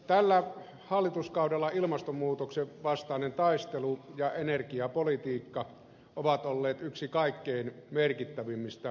tällä hallituskaudella ilmastonmuutoksenvastainen taistelu ja energiapolitiikka ovat olleet yksi kaikkein merkittävimmistä asiakokonaisuuksista